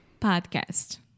Podcast